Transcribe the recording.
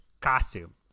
costume